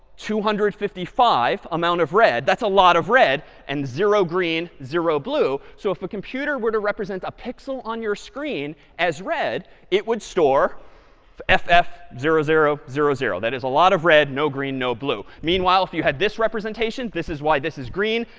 two hundred and fifty five amount of red, that's a lot of red, and zero green, zero blue. so if a computer were to represent a pixel on your screen as red it would store f f zero zero zero zero. that is a lot of red, no green, no blue. meanwhile, if you had this representation, this is why this is green.